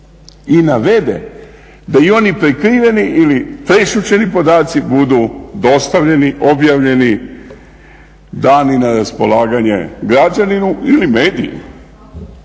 i navede da i oni prikriveni ili prešućeni podaci budu dostavljeni, objavljeni, dani na raspolaganje građaninu ili medijima.